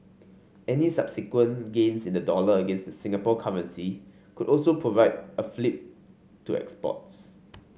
any subsequent gains in the dollar against the Singapore currency could also provide a fillip to exports